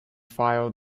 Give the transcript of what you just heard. file